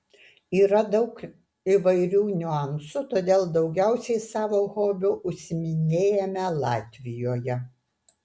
yra daug įvairių niuansų todėl daugiausiai savo hobiu užsiiminėjame latvijoje